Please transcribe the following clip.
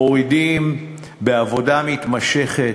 מורידים בעבודה מתמשכת,